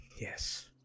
yes